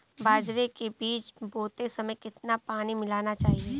बाजरे के बीज बोते समय कितना पानी मिलाना चाहिए?